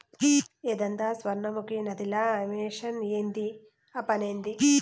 ఏందద సొర్ణముఖి నదిల ఆ మెషిన్ ఏంది ఆ పనేంది